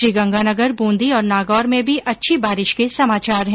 श्रीगंगानगर बूंदी और नागौर में भी अच्छी बारिश के समाचार हैं